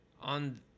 on